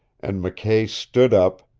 and mckay stood up,